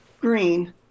green